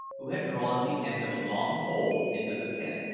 who had drawn the end of a long pole into the tent,